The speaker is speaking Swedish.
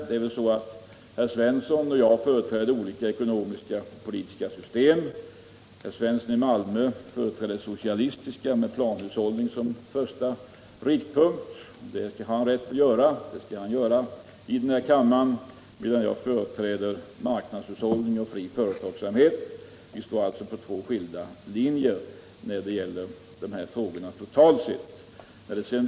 Herr Svensson och jag företräder ju olika ekonomiska och politiska system. Herr Svensson företräder ett socialistiskt system med planhushållning som första riktpunkt — det har han rätt att göra, och det skall han göra i den här kammaren. Jag förespråkar däremot marknadshushållning och fri företagsamhet. Vi är alltså på två skilda linjer när det gäller de här frågorna totalt sett.